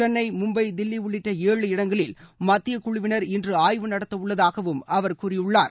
சென்னை மும்பை தில்லி உள்ளிட்ட ஏழு இடங்களில் மத்தியக் குழுவினர் இன்று ஆய்வு நடத்த உள்ளதாகவும் அவர் கூறியுள்ளார்